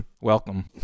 Welcome